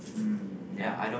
um ya